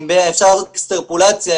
אפשר לעשות אקסטרפולציה,